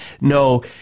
No